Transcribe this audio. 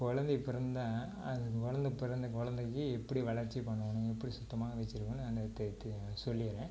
கொழந்தை பிறந்தா அந்தக் கொழந்த பிறந்த கொழந்தைக்கி எப்படி வளர்ச்சி பண்ணணும் எப்படி சுத்தமாக வச்சிருக்கணும் எனது தெ சொல்லிடுறேன்